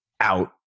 out